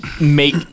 make